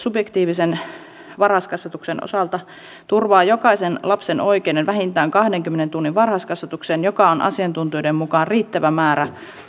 subjektiivisen varhaiskasvatuksen osalta turvaa jokaisen lapsen oikeuden vähintään kahdenkymmenen tunnin varhaiskasvatukseen joka on asiantuntijoiden mukaan riittävä määrä